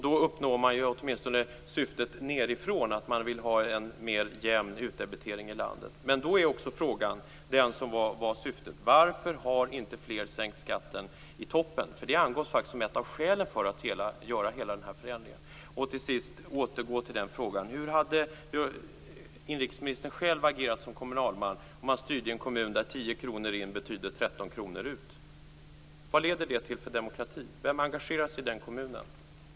Då uppnår man ju åtminstone syftet nedifrån, en mer jämn utdebitering i landet. Men då är också frågan: Varför har inte fler sänkt skatten i toppen? Det angavs nämligen som ett av skälen för att göra hela den här förändringen. Till sist vill jag återgå till frågan om hur inrikesministern själv hade agerat som kommunalman, om han styrde i en kommun där 10 kr in betydde 13 kr ut? Vad leder det till för demokrati? Vem engagerar sig i den kommunen?